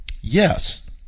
Yes